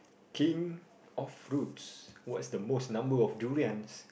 king of fruits what's the most number of durians